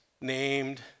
named